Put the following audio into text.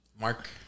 Mark